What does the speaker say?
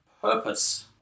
purpose